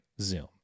zoom